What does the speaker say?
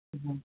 ہوں